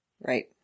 Right